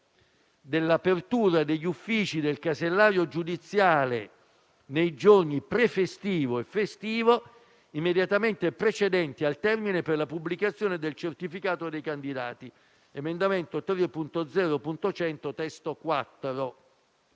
dell'apertura degli uffici del casellario giudiziale nei giorni prefestivo e festivo immediatamente precedenti al termine per la pubblicazione del certificato dei candidati (emendamento 3.0.100 (testo 4)).